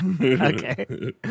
Okay